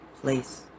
place